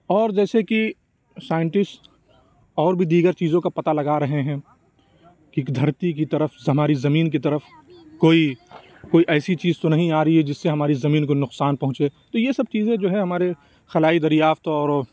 اور جیسے کہ سائنٹسٹ اور بھی دیگر چیزوں کا پتا لگا رہے ہیں کہ دھرتی کی طرف ہماری زمین کی طرف کوئی کوئی ایسی چیز تو نہیں آ رہی ہے جس سے ہماری زمین کو نقصان پہنچے تو یہ سب چیزیں جو ہے ہمارے خلائی دریافت اور